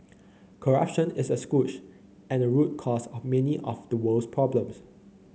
corruption is a scourge and a root cause of many of the world's problems